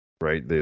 right